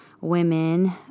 women